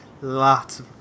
Lots